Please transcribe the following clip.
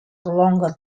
longer